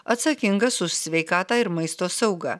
atsakingas už sveikatą ir maisto saugą